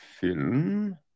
film